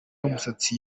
umusatsi